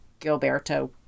Gilberto